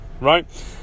right